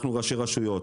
אנחנו ראשי רשויות,